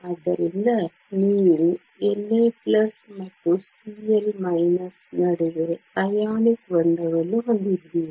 ಆದ್ದರಿಂದ ನೀವು Na ಮತ್ತು Cl ನಡುವೆ ಅಯಾನಿಕ್ ಬಂಧವನ್ನು ಹೊಂದಿದ್ದೀರಿ